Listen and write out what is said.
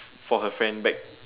for her friend bag